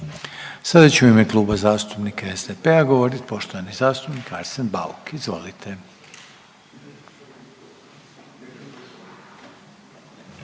Sada će u ime Kluba zastupnika SDP-a govoriti poštovani zastupnik Arsen Bauk. Izvolite.